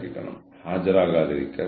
എന്താണ് അവർ ഔട്ട്സോഴ്സ് ചെയ്യേണ്ടത്